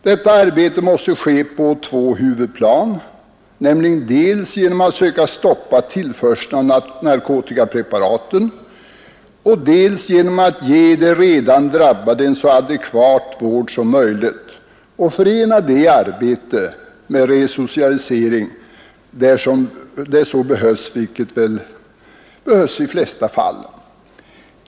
Detta arbete måste ske på två huvudplan, dels genom att söka stoppa tillförseln av narkotikapreparaten, dels genom att ge de redan drabbade en så adekvat vård som möjligt och förena detta arbete med resocialisering där så behövs — och det behövs väl i de flesta fall.